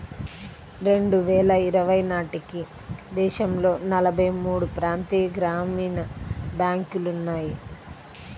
రెండు వేల ఇరవై నాటికి భారతదేశంలో నలభై మూడు ప్రాంతీయ గ్రామీణ బ్యాంకులు ఉన్నాయి